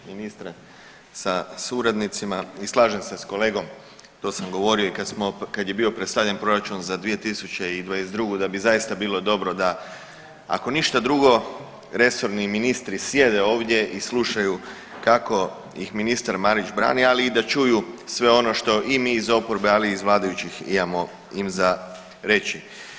Ministre sa suradnicima i slažem se s kolegom, to sam govorio i smo, kad je bio predstavljen proračun za 2022. da bi zaista bilo dobro da ako ništa drugo resorni ministri sjede ovdje i slušaju kako ih ministar Marić brani, ali i da čuju sve ono što i mi iz oporbe, ali i iz vladajućih imamo im za reći.